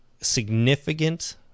significant